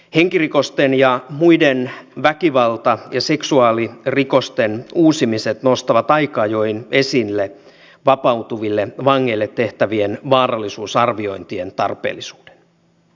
henkirikosten ja muiden väkivalta ja seksuaalirikosten uusimiset nostavat aika ajoin esille vapautuville vangeille tehtävien vaarallisuusarviointien tarpeellisuuden